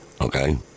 okay